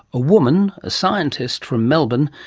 a woman, a scientist from melbourne,